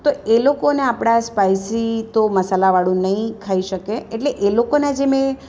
તો એ લોકોને આપણા સ્પાઈસી તો મસાલાવાળુ નહિ ખાઈ શકે એટલે એ લોકોના જે મેં